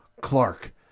Clark